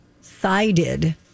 sided